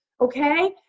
okay